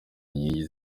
nkingi